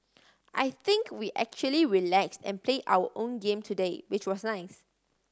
I think we actually relaxed and play our own game today which was nice